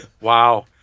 Wow